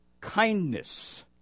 kindness